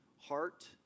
Heart